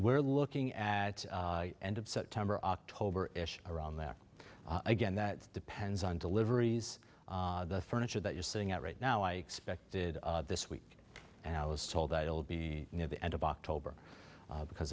we're looking at end of september october ish around there again that depends on deliveries the furniture that you're sitting at right now i expected this week and i was told that it will be near the end of october because